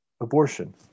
abortion